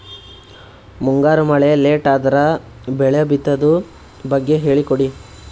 ಮುಂಗಾರು ಮಳೆ ಲೇಟ್ ಅದರ ಬೆಳೆ ಬಿತದು ಬಗ್ಗೆ ಹೇಳಿ ಕೊಡಿ?